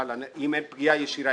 אם אין פגיעה ישירה.